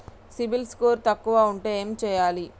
CIBIL score తక్కువ ఉంటే ఏం చేయాలి?